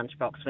lunchbox